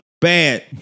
bad